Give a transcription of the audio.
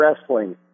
Wrestling